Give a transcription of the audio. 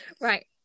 right